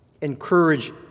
Encourage